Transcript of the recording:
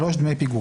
(3) דמי פיגורים.